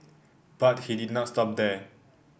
but he did not stop there